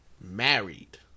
married